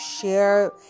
share